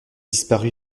disparue